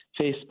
Facebook